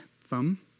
thumb